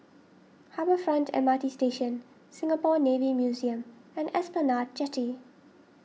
Harbour Front M R T Station Singapore Navy Museum and Esplanade Jetty